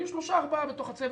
יהיו שלושה, ארבעה, בתוך הצוות.